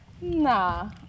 Nah